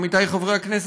עמיתיי חברי הכנסת,